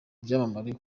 byamamare